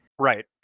Right